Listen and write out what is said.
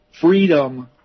freedom